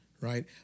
right